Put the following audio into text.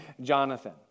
Jonathan